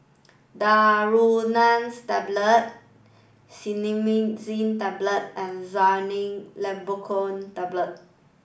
Daneuron Cinnarizine Tablets and Xyzal Levocetirizine Tablets